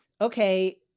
Okay